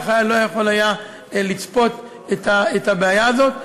והחייל לא יכול היה לצפות את הבעיה הזאת.